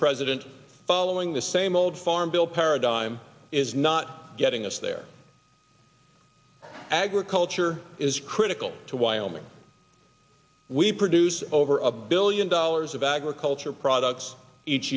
president following the same old farm bill paradigm is not getting us there agriculture is critical to wyoming we produce over a billion dollars of agricultural products each